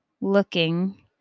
looking